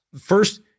first